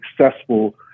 successful